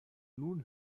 nun